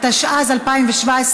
התשע"ז 2017,